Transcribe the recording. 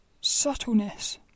subtleness